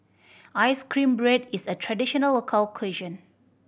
ice cream bread is a traditional local cuisine